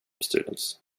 students